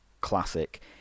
classic